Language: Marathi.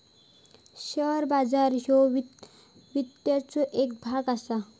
शेअर बाजार ह्यो वित्ताचो येक भाग असा